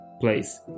place